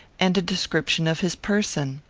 and a description of his person.